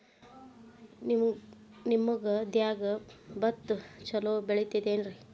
ನಿಮ್ಮ ಗದ್ಯಾಗ ಭತ್ತ ಛಲೋ ಬರ್ತೇತೇನ್ರಿ?